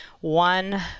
one